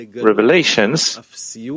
revelations